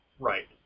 Right